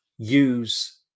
use